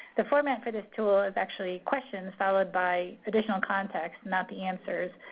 the format for this tool is actually questions, followed by additional context, not the answers,